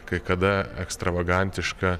kai kada ekstravagantiška